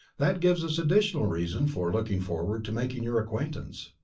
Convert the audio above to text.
that gives us additional reason for looking forward to making your acquaintance.